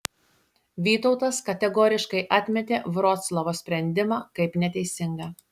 vytautas kategoriškai atmetė vroclavo sprendimą kaip neteisingą